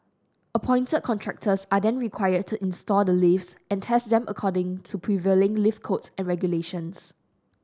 appointed contractors are then required to install the lifts and test them according to prevailing lift codes and regulations